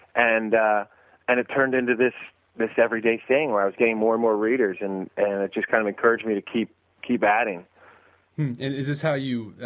and ah and it turned into this this everyday thing where i was getting more and more readers. and and it just kind of encouraged me to keep keep adding and is this how you,